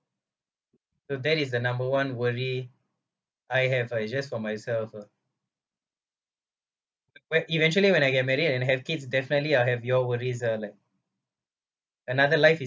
so that is the number one worry I have I just for myself ah when eventually when I get married and have kids definitely I have your worries uh like another life is